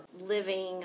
living